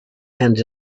and